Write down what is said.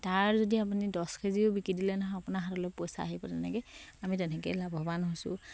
তাৰ যদি আপুনি দছ কেজিও বিকি দিলে নহয় আপোনাৰ হাতলৈ পইচা আহিব তেনেকে আমি তেনেকে লাভৱান হৈছোঁ